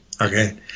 okay